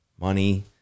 money